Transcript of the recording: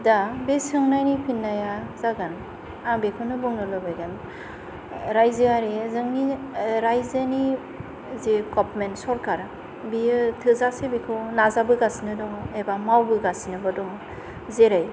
दा बे सोंनायनि फिन्नाया जागोन आं बेखौनो बुंनो लुबैगोन रायजोयारि जोंनि रायजोनि जे गभार्नमेन्ट सरकार बेयो थोजासे बेखौ नाजाबोगासिनो दङ एबा मावबोगासिनोबो दङ जेरै